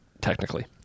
technically